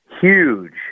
huge